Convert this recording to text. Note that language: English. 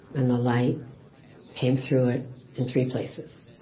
and the light came through it in three places.